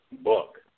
book